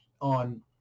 on